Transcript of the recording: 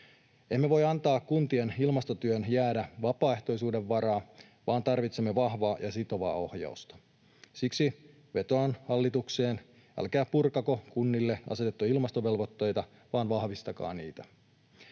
Emme voi antaa kuntien ilmastotyön jäädä vapaaehtoisuuden varaan vaan tarvitsemme vahvaa ja sitovaa ohjausta. Siksi vetoan hallitukseen: älkää purkako kunnille asetettuja ilmastovelvoitteita vaan vahvistakaa niitä.